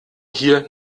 hier